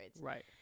Right